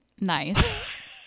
Nice